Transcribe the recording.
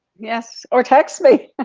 yes or text me.